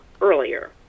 earlier